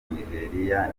nigeriya